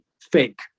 fake